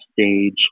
stage